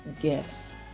gifts